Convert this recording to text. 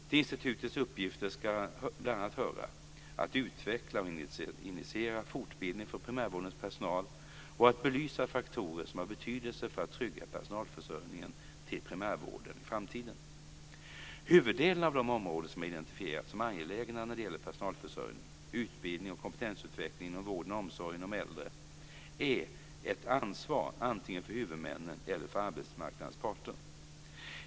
Till institutets uppgifter ska bl.a. höra att utveckla och initiera fortbildning för primärvårdens personal och att belysa faktorer som har betydelse för att trygga personalförsörjningen till primärvården i framtiden. Huvuddelen av de områden som har identifierats som angelägna när det gäller personalförsörjning, utbildning och kompetensutveckling inom vården och omsorgen om äldre är ett ansvar antingen för huvudmännen eller för arbetsmarknadens parter.